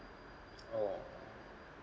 oh